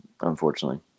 unfortunately